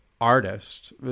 artist